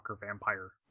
vampire